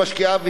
והאמת?